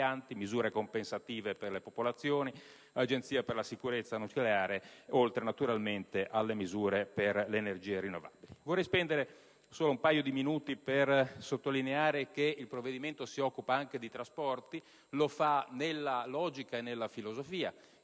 misure compensative per le popolazioni ed Agenzia per la sicurezza nucleare, oltre alle misure per le energie rinnovabili. Vorrei spendere un paio di minuti per sottolineare che il provvedimento si occupa anche di trasporti. Lo fa nella logica e nella filosofia